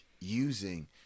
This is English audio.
using